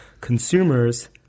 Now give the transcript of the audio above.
consumers